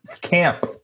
Camp